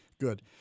good